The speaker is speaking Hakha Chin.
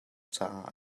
caah